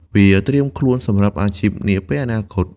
វាត្រៀមខ្លួនសម្រាប់អាជីពនាពេលអនាគត។